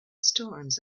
storms